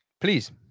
Please